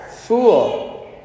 Fool